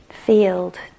Field